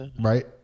Right